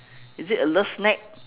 is it a love snack